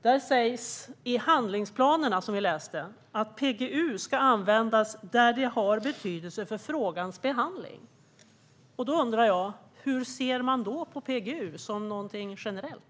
Det sägs i handlingsplanerna att PGU ska användas där den har betydelse för frågans behandling. Då undrar jag: Hur ser man då på PGU - som något generellt?